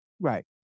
Right